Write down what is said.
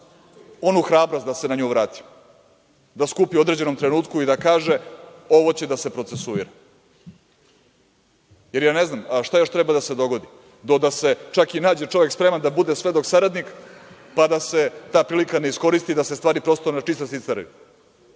onu hrabrost, da se na nju vratim, da skupi u određenom trenutku i kaže – ovo će da se procesuira. Ne znam šta još treba da se dogodi do da se čak i nađe čovek spreman da bude svedok saradnik, pa da se ta prilika ne iskoristi da se te stvari na čistac